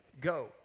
go